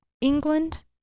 england